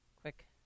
quick